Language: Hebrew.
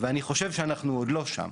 ואני חושב שאנחנו עוד לא שם.